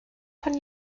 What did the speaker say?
von